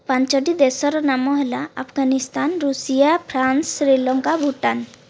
ପାଞ୍ଚଟି ଦେଶର ନାମ ହେଲା ଆଫଗାନିସ୍ତାନ ଋଷିଆ ଫ୍ରାନ୍ସ ଶ୍ରୀଲଙ୍କା ଭୁଟାନ